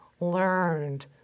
learned